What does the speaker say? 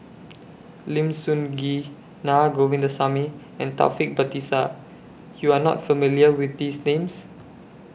Lim Sun Gee Naa Govindasamy and Taufik Batisah YOU Are not familiar with These Names